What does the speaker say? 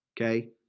Okay